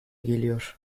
geliyor